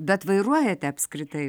bet vairuojate apskritai